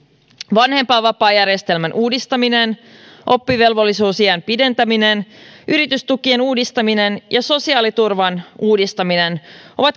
vanhempainvapaajärjestelmän uudistaminen oppivelvollisuusiän pidentäminen yritystukien uudistaminen ja sosiaaliturvan uudistaminen ovat